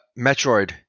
Metroid